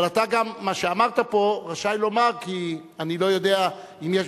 אבל מה שאמרת פה אתה רשאי לומר כי אני לא יודע אם יש